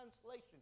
translation